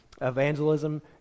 evangelism